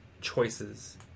choices